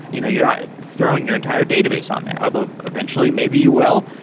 you know you're not throwing your entire database on there, although eventually maybe you will.